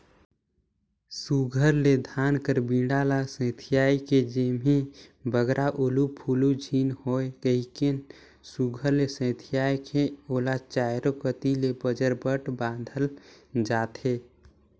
सुग्घर ले धान कर बीड़ा ल सथियाए के जेम्हे बगरा उलु फुलु झिन होए कहिके सुघर ले सथियाए के ओला चाएरो कती ले बजरबट बाधल जाथे